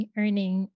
earning